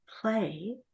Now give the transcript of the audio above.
play